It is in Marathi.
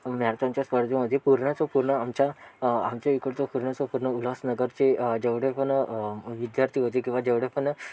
मॅरेथॉनच्या स्पर्धेमध्ये पूर्णच्या पूर्ण आमच्या आमच्या ईकडचं पूर्णच पूर्ण उल्हास नगरचे जेवढे पण विद्यार्थी होते किंवा जेवढे पण